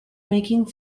making